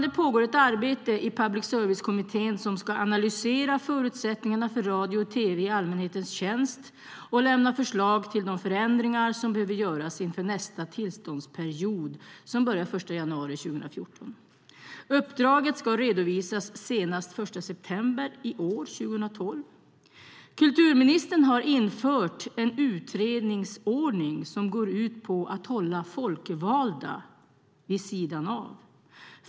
Det pågår ett arbete i Public service-kommittén som ska analysera förutsättningarna för radio och tv i allmänhetens tjänst och lämna förslag till de förändringar som behöver göras inför nästa tillståndsperiod som börjar den 1 januari 2014. Uppdraget ska redovisas senast den 1 september i år, 2012. Kulturministern har infört en utredningsordning som går ut på att hålla folkvalda vid sidan av.